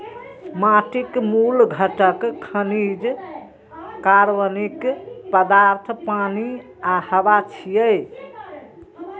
माटिक मूल घटक खनिज, कार्बनिक पदार्थ, पानि आ हवा छियै